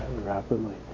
rapidly